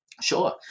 Sure